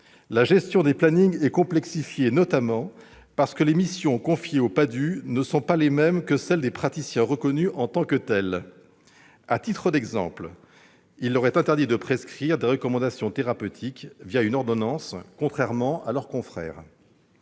La gestion des plannings est complexifiée, notamment parce que les missions confiées aux PADHUE ne sont pas les mêmes que celles des praticiens reconnus en tant que tels. À titre d'exemple, il leur est interdit de prescrire des recommandations thérapeutiques une ordonnance, contrairement à leurs confrères.